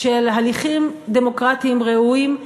של הליכים דמוקרטיים ראויים.